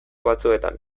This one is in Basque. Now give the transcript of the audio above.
batzuetan